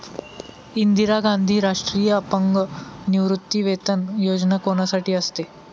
इंदिरा गांधी राष्ट्रीय अपंग निवृत्तीवेतन योजना कोणासाठी असते?